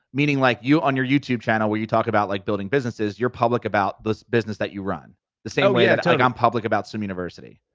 meaning like you, on your youtube channel where you talk about like building businesses, you're public about this business that you run the same way yeah that i'm public about swim university?